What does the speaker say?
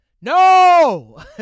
No